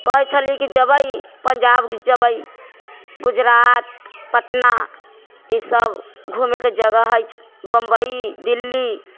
कहै छलियै कि जबै पञ्जाब जबै गुजरात पटना ई सब घूमेके जगह हइ बम्बइ दिल्ली